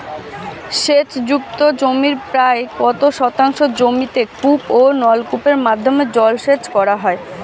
সেচ যুক্ত জমির প্রায় কত শতাংশ জমিতে কূপ ও নলকূপের মাধ্যমে জলসেচ করা হয়?